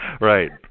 right